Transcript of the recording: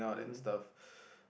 mmhmm